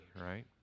right